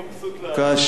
הוא מבסוט לאללה.